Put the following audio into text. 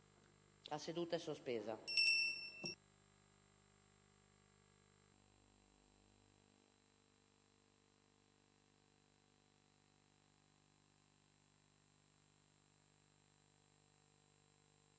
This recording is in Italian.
La seduta è sospesa.